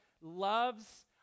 loves